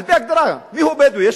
על-פי ההגדרה מיהו בדואי.